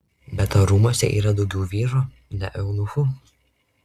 bet ar rūmuose yra daugiau vyrų ne eunuchų